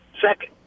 second